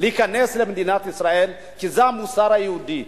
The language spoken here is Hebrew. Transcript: להיכנס למדינת ישראל, כי זה המוסר היהודי.